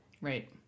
right